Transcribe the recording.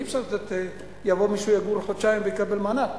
אי-אפשר שמישהו יבוא ויגור חודשיים ויקבל מענק.